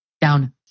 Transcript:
down